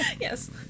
Yes